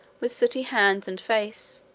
with sooty hands and face,